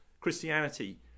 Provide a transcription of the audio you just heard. Christianity